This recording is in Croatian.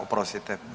Oprostite.